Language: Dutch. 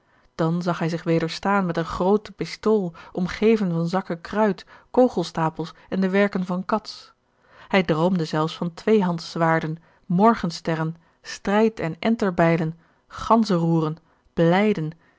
dan zag hij zich weder staan met eene groote pistool omgeven van zakken kruid kogelstapels en de werken van cats hij droomde zelfs van tweehandszwaarden morgensterren strijd en enterbijlen ganzenroeren